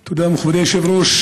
תודה, מכובדי היושב-ראש.